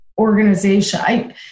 organization